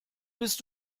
bist